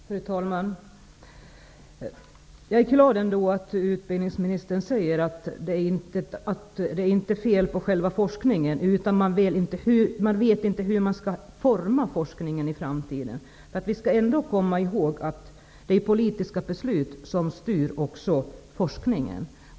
Fru talman! Jag är glad över att utbildningsministern säger att det inte är fel på själva forskningen utan att man inte vet hur man skall forma forskningen i framtiden. Vi skall ändå komma ihåg att det är politiska beslut som styr också forskningen.